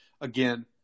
Again